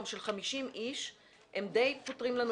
של 50 איש הם די פותרים לנו את הבעיה.